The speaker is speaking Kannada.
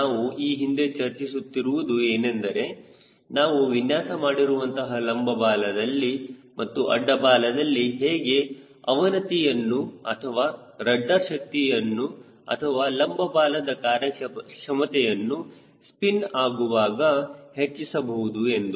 ನಾವು ಈ ಹಿಂದೆ ಚರ್ಚಿಸುತ್ತಿರುವುದು ಏನೆಂದರೆ ನಾವು ವಿನ್ಯಾಸ ಮಾಡಿರುವಂತಹ ಲಂಬ ಬಾಲದಲ್ಲಿ ಮತ್ತು ಅಡ್ಡ ಬಾಲದಲ್ಲಿ ಹೇಗೆ ಅವನತಿಯನ್ನು ಅಥವಾ ರಡ್ಡರ್ ಶಕ್ತಿಯನ್ನು ಅಥವಾ ಲಂಬ ಬಾಲದ ಕಾರ್ಯಕ್ಷಮತೆಯನ್ನು ಸ್ಪಿನ್ ಆಗುವಾಗ ಹೆಚ್ಚಿಸಬಹುದು ಎಂದು